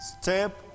Step